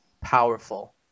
powerful